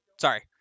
Sorry